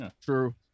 true